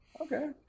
okay